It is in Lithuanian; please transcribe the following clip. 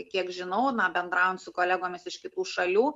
kiek žinau na bendravom su kolegomis iš kitų šalių